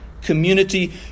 community